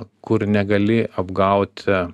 kur negali apgauti